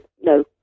no